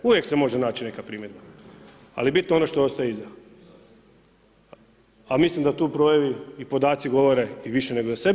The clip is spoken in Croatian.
Uvijek se može naći neka primjedba ali bitno je ono što ostaje iza a mislim da tu brojevi i podaci govore i više nego za sebe.